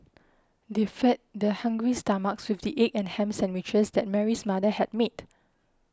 they fed their hungry stomachs with the egg and ham sandwiches that Mary's mother had made